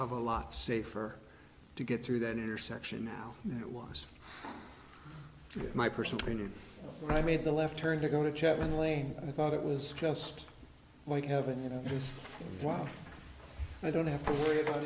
of a lot safer to get through that intersection now it was my personal opinion i made the left turn to going to chapman lane i thought it was just like heaven you know why i don't have to worry about